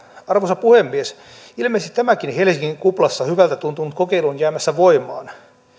arvoisa puhemies ilmeisesti tämäkin helsingin kuplassa hyvältä tuntunut kokeilu on jäämässä voimaan